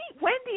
Wendy